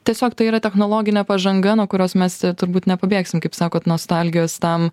tiesiog tai yra technologinė pažanga nuo kurios mes turbūt nepabėgsim kaip sakot nostalgijos tam